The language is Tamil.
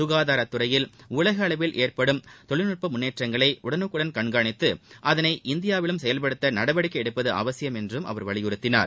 சுகாதாரத்துறையில் உலக அளவில் ஏற்படும் தொழில்நுட்ப முன்னேற்றங்களை உடனுக்குடள் கண்காணித்து அதனை இந்தியாவிலும் செயல்படுத்த நடவடிக்கை எடுப்பது அவசியம் என்றும் அவர் வலியுறுத்தினார்